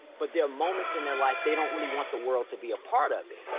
but there are moments in their life they don't really want the world to be a part of it.